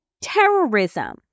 Terrorism